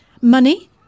Money